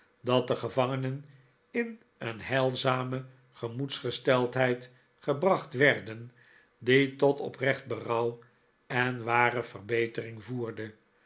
dat de gevangenen in een heilzame gemoedsgesteldheid gebracht werden die tot oprecht berouw en ware verbetering voerde